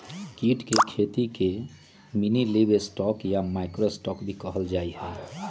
कीट के खेती के मिनीलिवस्टॉक या माइक्रो स्टॉक भी कहल जाहई